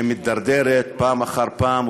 שמידרדרת פעם אחר פעם,